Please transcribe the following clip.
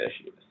issues